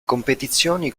competizioni